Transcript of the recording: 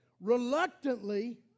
Reluctantly